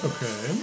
Okay